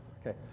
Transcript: Okay